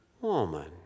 woman